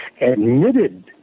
admitted